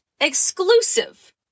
exclusive